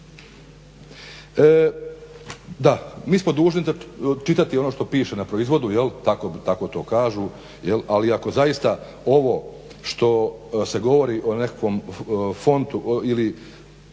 dlc. Mi smo dužni čitati ono što piše na proizvodu, tako to kažu ali ako zaista ovo što se govori o nekakvom fontu ili